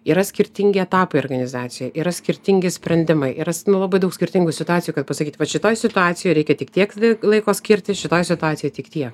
yra skirtingi etapai organizacijoj yra skirtingi sprendimai yra labai daug skirtingų situacijų kad pasakyt vat šitoje situacijoj reikia tik tiek laiko skirti šitoje situacijoj tik tiek